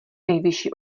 nejvyšší